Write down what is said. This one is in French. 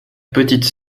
petite